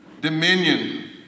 Dominion